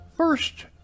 First